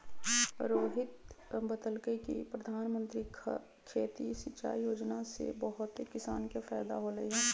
रोहित बतलकई कि परधानमंत्री खेती सिंचाई योजना से बहुते किसान के फायदा होलई ह